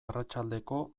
arratsaldeko